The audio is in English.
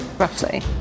Roughly